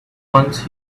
once